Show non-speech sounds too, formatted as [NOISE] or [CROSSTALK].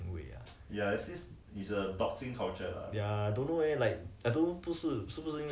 law by law like [NOISE] sometimes I feel that like nowadays people lacking 那个人情味啊